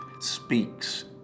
speaks